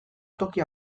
toki